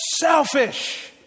selfish